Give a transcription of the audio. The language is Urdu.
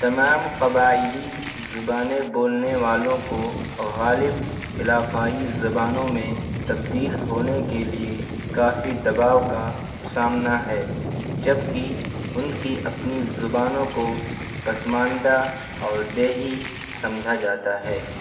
تمام قبائلی زبانیں بولنے والوں کو غالب علاقائی زبانوں میں تبدیل ہونے کے لیے کافی دباؤ کا سامنا ہے جبکہ ان کی اپنی زبانوں کو پسماندہ اور دیہی سمجھا جاتا ہے